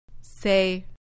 Say